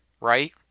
Right